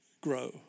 grow